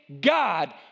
God